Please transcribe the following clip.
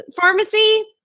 Pharmacy